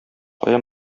кая